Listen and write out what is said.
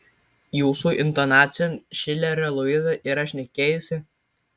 jūsų intonacijom šilerio luiza yra šnekėjusi